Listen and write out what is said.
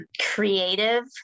Creative